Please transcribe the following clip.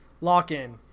lock-in